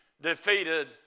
defeated